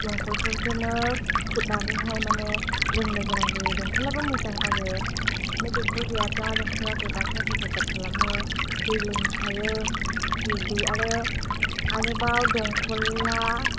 दमकलफोरखौनो खुरनानैहाइ माने लोंनो गोनां जायो दमकलआबो मोजां आरो माने दैखर गैयाब्ला दमकला गोबांथार हेफाजाब खालामो दै लोंनो हायो दै आरो आरोबाव दमकलआ